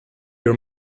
your